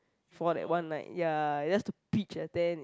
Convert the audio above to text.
for that one night ya just to pitch a tent is